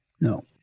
No